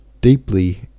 deeply